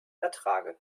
ertrage